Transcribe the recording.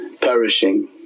perishing